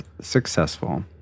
successful